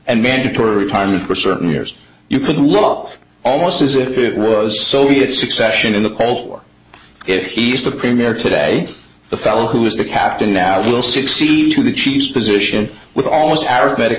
and mandatory time for certain years you could look almost as if it was soviet succession in the cold war if peace the premier today the fellow who is the captain now will succeed to the chief position with almost a